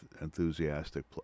enthusiastic